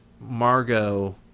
Margot